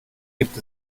gibt